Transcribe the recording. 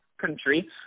country